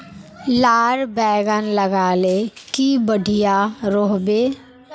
लार बैगन लगाले की बढ़िया रोहबे?